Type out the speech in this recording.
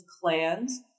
clans